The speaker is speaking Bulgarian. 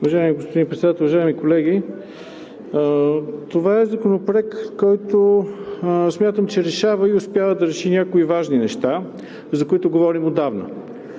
Уважаеми господин Председател, уважаеми колеги! Това е Законопроект, който смятам, че решава и успява да реши някои важни неща, за които говорим отдавна.